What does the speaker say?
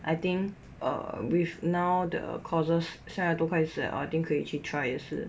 I think err with now the courses 现在都开始 liao 可以去 try 也是